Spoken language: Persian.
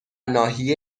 ناحیه